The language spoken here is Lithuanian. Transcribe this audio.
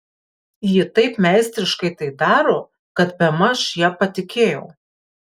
ji taip meistriškai tai daro kad bemaž ja patikėjau